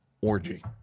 orgy